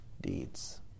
deeds